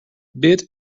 bit